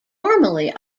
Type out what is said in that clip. formerly